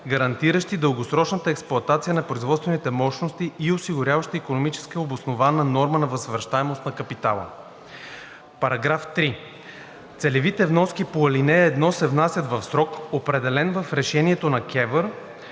гарантиращи дългосрочната експлоатация на производствените мощности и осигуряващи икономически обоснована норма на възвръщаемост на капитала. (3) Целевите вноски по ал. 1 се внасят в срок, определен в решението на КЕВР